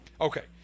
Okay